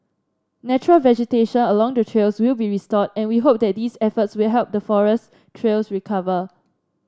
natural vegetation along the trails will be restored and we hope that these efforts will help the forest trails recover